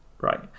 Right